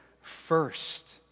first